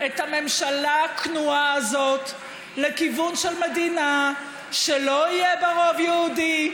את הממשלה הכנועה הזאת לכיוון של מדינה שלא יהיה בה רוב יהודי,